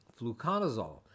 fluconazole